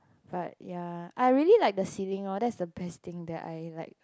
but ya I really like the ceiling orh that's the best thing that I like